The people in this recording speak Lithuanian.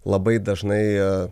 labai dažnai